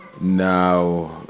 Now